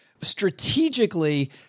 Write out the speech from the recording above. strategically